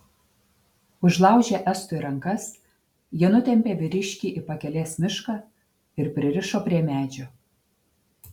užlaužę estui rankas jie nutempė vyriškį į pakelės mišką ir pririšo prie medžio